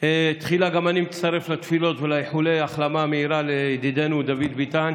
תחילה גם אני מצטרף לתפילות ולאיחולי החלמה מהירה לידידנו דוד ביטן.